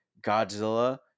Godzilla